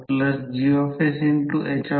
त्याचप्रमाणे जर L2 साठी 3 1 0